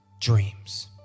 dreams